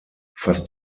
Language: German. fast